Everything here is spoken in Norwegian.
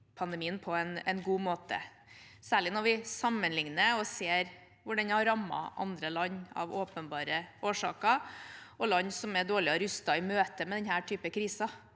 covid-19pandemien på en god måte, særlig når vi sammenligner og ser hvordan den har rammet andre land, av åpenbare årsaker, og land som er dårligere rustet i møte med denne typen kriser.